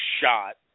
shot